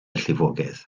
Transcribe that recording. llifogydd